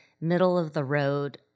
middle-of-the-road